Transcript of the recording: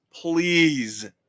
Please